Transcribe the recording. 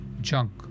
junk